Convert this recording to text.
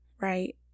right